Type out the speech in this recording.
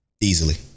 easily